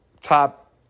top